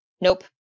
Nope